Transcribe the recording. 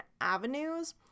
avenues